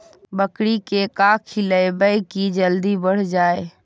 बकरी के का खिलैबै कि जल्दी बढ़ जाए?